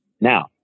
Now